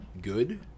good